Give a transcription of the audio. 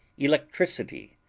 electricity,